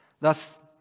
Thus